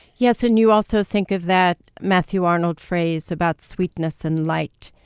yes. and you also think of that matthew arnold phrase about sweetness and light,